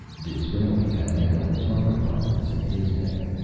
disraeli had handled tougher problems in his day.